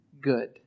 good